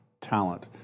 talent